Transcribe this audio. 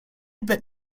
bet